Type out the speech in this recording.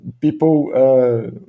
people